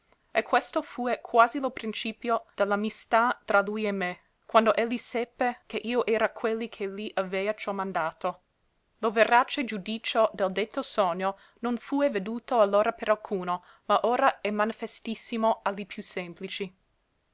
e questo fue quasi lo principio de l'amistà tra lui e me quando elli seppe che io era quelli che li avea ciò mandato lo verace giudicio del detto sogno non fue veduto allora per alcuno ma ora è manifestissimo a li più semplici